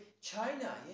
China